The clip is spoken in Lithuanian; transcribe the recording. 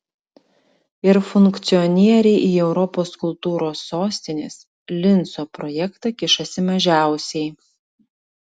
ir funkcionieriai į europos kultūros sostinės linco projektą kišasi mažiausiai